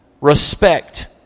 respect